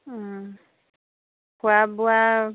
খোৱা বোৱা